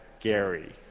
Gary